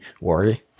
worry